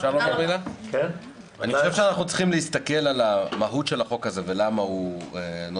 אני חושב שאנחנו צריכים להסתכל על המהות של החוק הזה ולמה הוא נוצר.